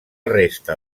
resta